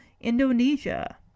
Indonesia